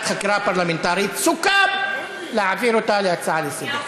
חקירה פרלמנטרית בנושא: אי-הרחבת תחומי השיפוט ברוב היישובים הערביים,